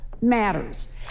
matters